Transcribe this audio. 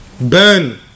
burn